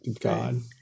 God